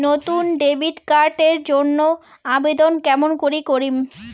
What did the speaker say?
নতুন debit card এর জন্যে আবেদন কেমন করি করিম?